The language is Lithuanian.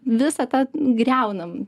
visą tą griaunam